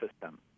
system